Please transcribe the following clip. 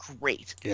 great